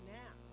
now